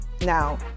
Now